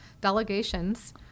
delegations